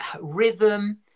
rhythm